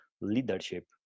leadership